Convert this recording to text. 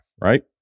right